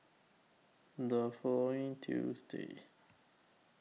The following Tuesday